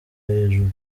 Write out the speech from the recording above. hejuru